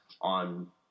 on